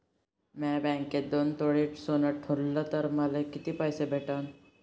म्या बँकेत दोन तोळे सोनं ठुलं तर मले किती पैसे भेटन